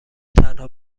تنها